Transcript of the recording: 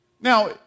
Now